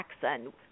Jackson